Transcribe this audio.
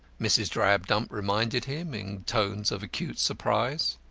mrs. drabdump reminded him in tones of acute surprise.